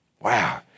wow